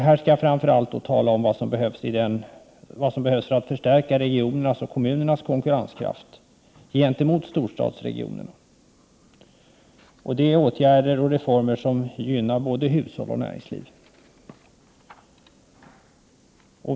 Här skall jag framför allt tala om vad som behövs för att stärka regionernas och kommunernas konkurrenskraft gentemot storstadsregionerna. Det handlar om åtgärder och reformer som gynnar både hushåll och näringsliv.